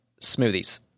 smoothies